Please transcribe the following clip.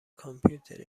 کامپیوتر